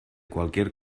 cualquier